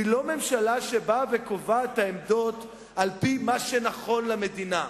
היא לא ממשלה שבאה וקובעת את העמדות על-פי מה שנכון למדינה,